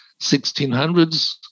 1600s